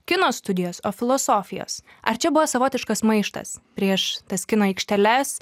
kino studijos o filosofijos ar čia buvo savotiškas maištas prieš tas kino aikšteles